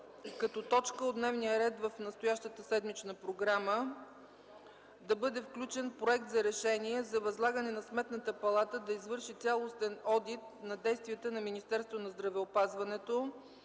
като точка от дневния ред в настоящата седмична програма да бъде включен Проект за решение за възлагане на Сметната палата да извърши цялостен одит на действията на Министерството на здравеопазването